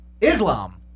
Islam